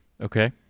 Okay